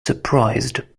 surprised